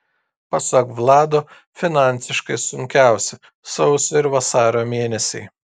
pasak vlado finansiškai sunkiausi sausio ir vasario mėnesiai